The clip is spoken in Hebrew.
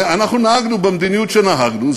ואנחנו נהגנו במדיניות שנהגנו.